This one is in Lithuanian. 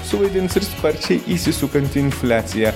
suvaidins ir sparčiai įsisukanti infliacija